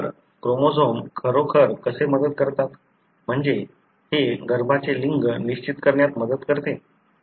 तर क्रोमोझोम खरोखर कसे मदत करतात म्हणजे हे गर्भाचे लिंग निश्चित करण्यात मदत करते